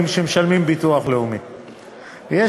אתה